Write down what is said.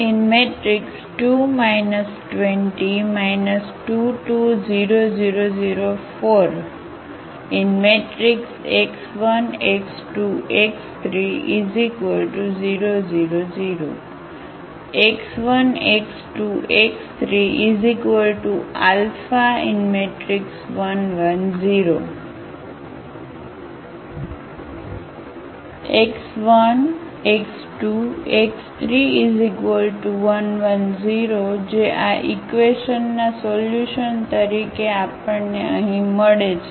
2 2 0 2 2 0 0 0 4 x1 x2 x3 0 0 0 x1 x2 x3 1 1 0 X1 x2 x3 1 1 0 જે આ ઈક્વેશનના સોલ્યુશન તરીકે આપણને અહીં મળે છે